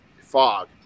fog